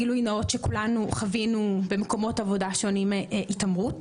גילוי נאות שכולנו חווינו במקומות עבודה שונים התעמרות